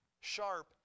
sharp